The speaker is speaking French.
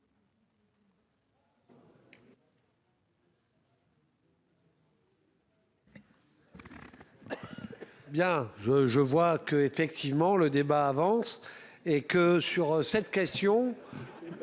Bien je je vois que effectivement le débat avance et que sur cette question.